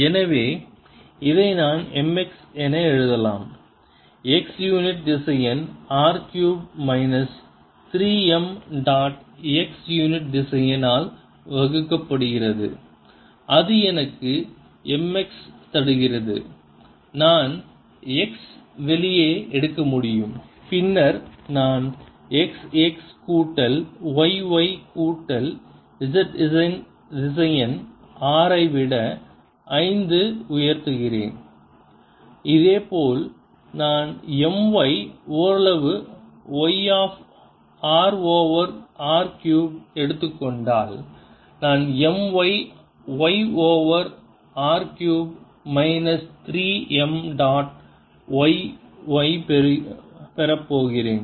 எனவே இதை நான் mx என எழுதலாம் x யூனிட் திசையன் r cube minus 3 m dot x unit திசையன் ஆல் வகுக்கப்படுகிறது அது எனக்கு mx தருகிறது நான் x வெளியே எடுக்க முடியும் பின்னர் நான் xx கூட்டல் yy கூட்டல் zz திசையன் r ஐ விட 5 உயர்த்துகிறேன் இதேபோல் நான் m y ஓரளவு y of r over r cube எடுத்துக் கொண்டால் நான் m y y over r cube minus 3 m dot y y பெறப்போகிறேன்